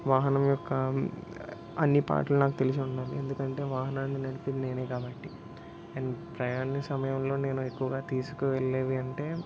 వాహనం యొక్క అన్ని పార్ట్లు నాకు తెలిసుండాలి ఎందుకంటే వాహనాన్ని నడిపేది నేనే కాబట్టి అండ్ ప్రయాణ సమయంలో నేను ఎక్కువగా తీసుకువెళ్ళేది అంటే